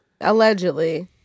allegedly